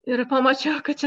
ir pamačiau kad